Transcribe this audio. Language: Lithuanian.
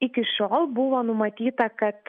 iki šiol buvo numatyta kad